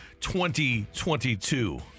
2022